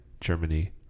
Germany